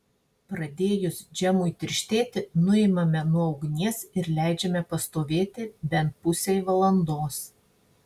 pradėjus džemui tirštėti nuimame nuo ugnies ir leidžiame pastovėti bent pusei valandos